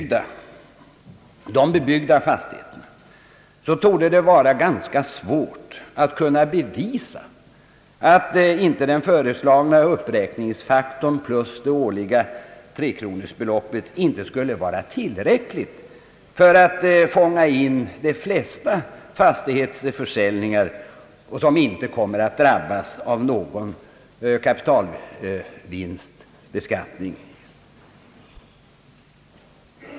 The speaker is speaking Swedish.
För de bebyggda fastigheterna torde det vara ganska svårt att bevisa att inte den föreslagna beräkningsfaktorn plus det årliga 3 000-kronorsbeloppet skulle vara tillräckliga för att fånga in de flesta — fastighetsförsäljningar som inte kommer att drabbas av någon kapitalvinstbeskatining.